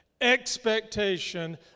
expectation